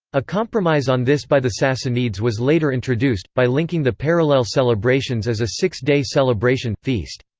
a compromise on this by the sassanids was later introduced, by linking the parallel celebrations as a six day celebration feast.